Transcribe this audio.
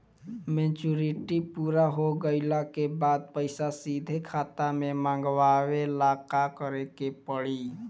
Maturity पूरा हो गइला के बाद पईसा सीधे खाता में मँगवाए ला का करे के पड़ी?